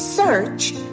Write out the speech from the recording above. Search